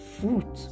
fruit